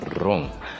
wrong